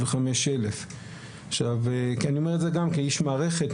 35,000. אני אומר את זה גם כאיש מערכת,